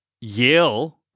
Yale